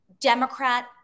Democrat